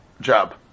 job